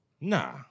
Nah